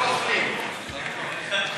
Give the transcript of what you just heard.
אדוני היושב-ראש,